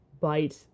bite